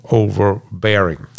overbearing